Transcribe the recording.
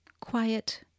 quiet